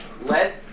Let